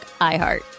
iHeart